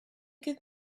give